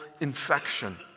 infection